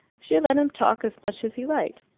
she had let him talk as much as he liked.